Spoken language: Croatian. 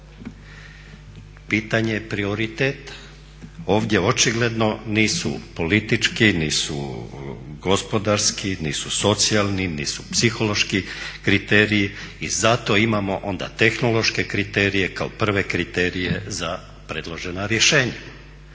Pitanje prioriteta, ovdje očigledno nisu politički, nisu gospodarski, nisu socijalni, nisu psihološki kriteriji i zato imamo onda tehnološke kriterije kao prve kriterije za predložena rješenja.